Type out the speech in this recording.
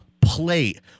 plate